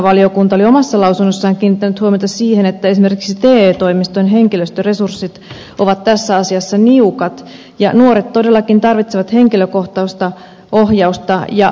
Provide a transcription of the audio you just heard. työelämävaliokunta oli omassa lausunnossaan kiinnittänyt huomiota siihen että esimerkiksi te toimistojen henkilöstöresurssit ovat tässä asiassa niukat ja nuoret todellakin tarvitsevat henkilökohtaista ohjausta ja palvelua